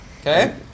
Okay